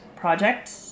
project